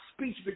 speech